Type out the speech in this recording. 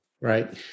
Right